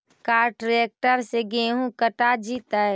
का ट्रैक्टर से गेहूं कटा जितै?